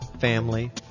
family